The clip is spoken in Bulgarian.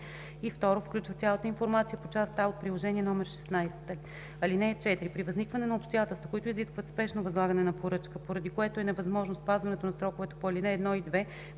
и 2. включва цялата информация по част А от приложение № 16. (4) При възникване на обстоятелства, които изискват спешно възлагане на поръчка, поради което е невъзможно спазването на сроковете по ал. 1 и 2,